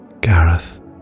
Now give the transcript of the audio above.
Gareth